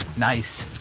nice.